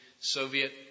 Soviet